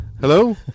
hello